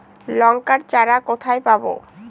লঙ্কার চারা কোথায় পাবো?